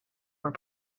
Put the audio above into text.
were